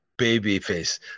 babyface